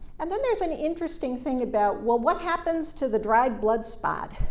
and then there's an interesting thing about, well, what happens to the dried blood spot?